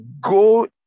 go